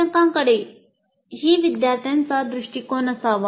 शिक्षकांकडेही विद्यार्थ्यांचा दृष्टिकोन असावा